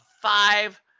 five